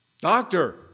Doctor